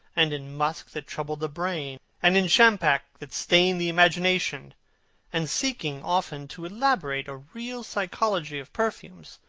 and in musk that troubled the brain, and in champak that stained the imagination and seeking often to elaborate a real psychology of perfumes,